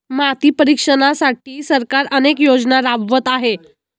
माती परीक्षणासाठी सरकार अनेक योजना राबवत आहे